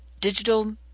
digital